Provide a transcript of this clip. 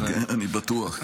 אני בטוח.